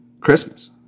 Christmas